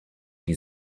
die